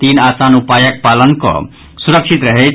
तीन आसान उपायक पालन कऽ सुरक्षित रहैथ